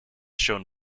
shown